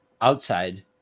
outside